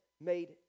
made